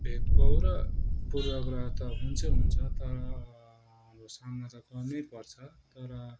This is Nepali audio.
भेदभाव र पूर्वाग्रह त हुन्छै हुन्छ तर अब सामना त गर्नै पर्छ तर